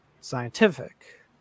scientific